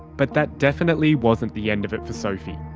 but that definitely wasn't the end of it for sophie.